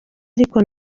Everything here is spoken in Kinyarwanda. ariko